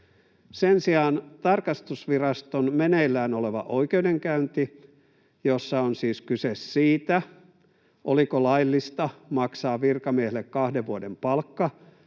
Sen sijaan tarkastusviraston meneillään oleva oikeudenkäynti, jossa on siis kyse siitä, oliko laillista maksaa virkamiehelle kahden vuoden palkka,